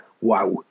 wow